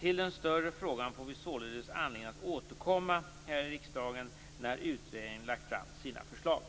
Till den större frågan får vi således anledning att återkomma här i riksdagen när utredningen lagt fram sina förslag.